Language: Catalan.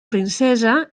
princesa